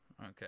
Okay